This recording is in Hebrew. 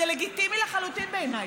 זה לגיטימי לחלוטין בעיניי.